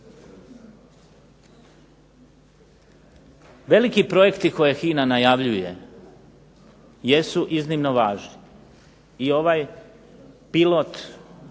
Veliki projekti koje HINA najavljuje jesu iznimno važni i ovaj pilot